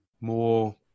More